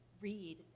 read